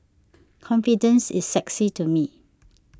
confidence is sexy to me